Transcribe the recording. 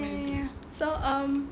so um